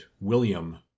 William